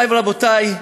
מורי ורבותי,